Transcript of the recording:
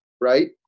right